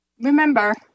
remember